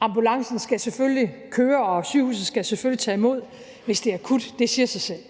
Ambulancen skal selvfølgelig køre, og sygehuset skal selvfølgelig tage imod, hvis det er akut – det siger sig selv.